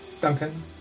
Duncan